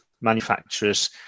manufacturers